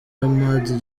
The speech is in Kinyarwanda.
hamad